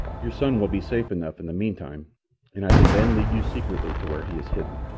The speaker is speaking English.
your son will be safe enough in the meantime, and i can then lead you secretly to where he is hidden.